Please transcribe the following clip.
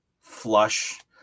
flush